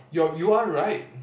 you're you're right